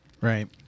Right